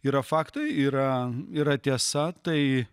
yra faktai yra yra tiesa tai